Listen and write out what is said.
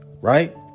right